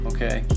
Okay